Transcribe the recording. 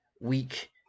week